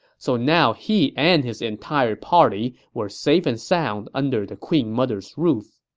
so now he and his entire party were safe and sound under the queen mother's roof